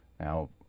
Now